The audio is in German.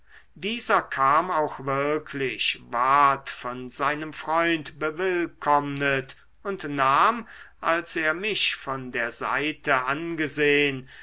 dieser kam auch wirklich ward von seinem freund bewillkommnet und nahm als er mich von der seite angesehn